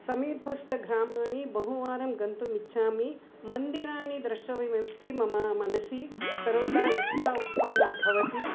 समीपस्तग्रामाणि बहुवारं गन्तुमिच्छामि मन्दिराणि द्रष्टव्यमिति मम मनसि सर्वदा इच्छा उत्पन्ना भवति